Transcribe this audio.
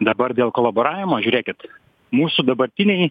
dabar dėl kolaboravimo žiūrėkit mūsų dabartiniai